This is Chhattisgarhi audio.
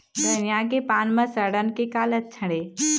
धनिया के पान म सड़न के का लक्षण ये?